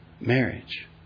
marriage